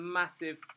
massive